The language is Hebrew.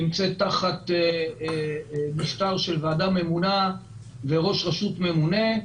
נמצאת תחת משטר של ועדה ממונה וראש רשות ממונה.